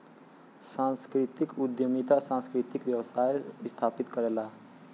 सांस्कृतिक उद्यमिता सांस्कृतिक व्यवसाय स्थापित करला